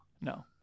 No